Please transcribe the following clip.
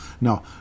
No